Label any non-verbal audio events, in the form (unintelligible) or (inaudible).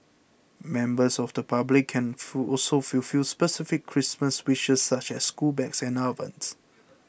members of the public can (unintelligible) also fulfil specific Christmas wishes such as school bags and ovens